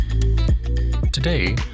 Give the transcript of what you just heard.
Today